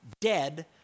dead